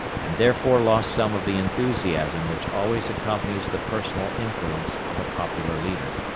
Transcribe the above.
and therefore lost some of the enthusiasm which always accompanies the personal influence of a popular leader.